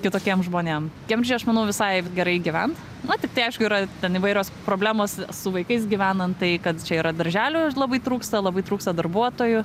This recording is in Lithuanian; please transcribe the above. kitokiem žmonėm kembridže aš manau visai gerai gyvent na tiktai aišku yra ten įvairios problemos su vaikais gyvenant tai kad čia yra darželių ž labai trūksta labai trūksta darbuotojų